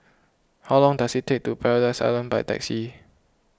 how long does it take to get to Paradise Island by taxi